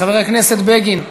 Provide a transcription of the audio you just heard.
חבר הכנסת בגין.